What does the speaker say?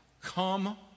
come